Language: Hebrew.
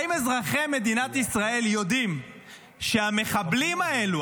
האם אזרחי מדינת ישראל יודעים שהמחבלים האלו,